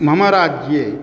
मम राज्ये